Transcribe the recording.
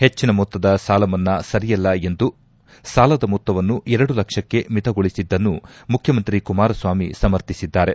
ಹೆಜ್ಜಿನ ಮೊತ್ತದ ಸಾಲ ಮನ್ನಾ ಸರಿಯಲ್ಲ ಎಂದು ಸಾಲದ ಮೊತ್ತವನ್ನು ಎರಡು ಲಕ್ಷಕ್ಕೆ ಮಿತಗೊಳಿಸಿದ್ದನ್ನು ಮುಖ್ಯಮಂತ್ರಿ ಕುಮಾರಸ್ವಾಮಿ ಸಮರ್ಥಿಸಿದ್ದಾರೆ